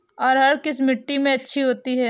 अरहर किस मिट्टी में अच्छी होती है?